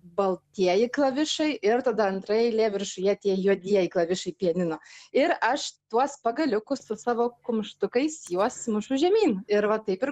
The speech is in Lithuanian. baltieji klavišai ir tada antra eilė viršuje tie juodieji klavišai pianino ir aš tuos pagaliukus su savo kumštukais juos mušu žemyn ir va taip ir